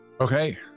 Okay